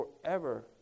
forever